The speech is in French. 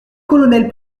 colonel